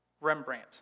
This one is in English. Rembrandt